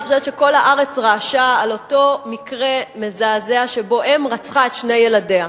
אני חושבת שכל הארץ רעשה על אותו מקרה מזעזע שבו אם רצחה את שני ילדיה.